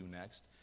next